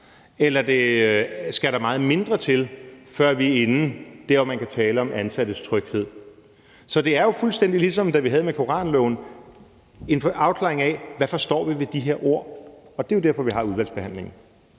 eller skal der meget mindre til, før vi er der, hvor man kan tale om ansattes tryghed? Så det er jo fuldstændig, ligesom da vi havde debatten om koranloven, en afklaring af, hvad vi forstår ved de her ord. Og det er jo derfor, vi har udvalgsbehandlingen.